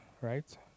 right